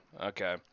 Okay